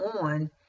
on